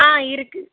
ஆ இருக்குது